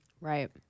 Right